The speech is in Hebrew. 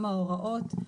גם ההוראות,